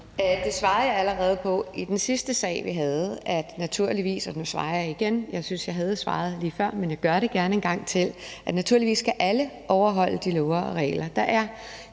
Det svarede jeg allerede på i forbindelse med den sidste sag, vi havde på programmet, og nu svarer jeg igen – jeg synes, at jeg havde svaret lige før, men jeg gør det gerne en gang til: Naturligvis skal alle overholde de love og regler,